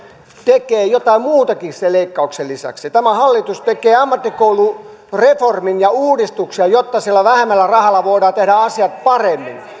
tekee jotain muutakin sen leikkauksen lisäksi tämä hallitus tekee ammattikoulureformin ja uudistuksia jotta sillä vähemmällä rahalla voidaan tehdä asiat paremmin